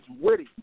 witty